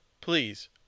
please